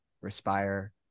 Respire